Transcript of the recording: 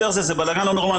זה בלגן לא נורמלי.